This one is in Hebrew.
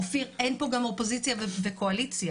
אופיר, אין פה גם אופוזיציה וקואליציה.